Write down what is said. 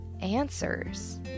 answers